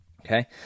okay